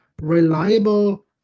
reliable